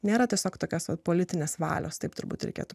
nėra tiesiog tokios politinės valios taip turbūt reikėtų